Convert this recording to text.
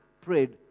prayed